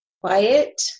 quiet